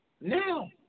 Now